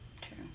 True